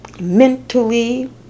mentally